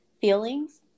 feelings